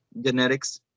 genetics